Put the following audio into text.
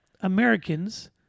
Americans